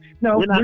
no